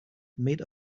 made